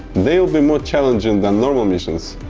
they'll be more challenging than normal missions,